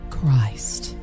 Christ